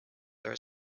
are